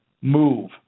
move